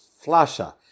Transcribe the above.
flusher